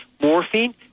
morphine